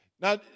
Now